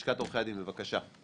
לשכת עורכי הדין, בבקשה.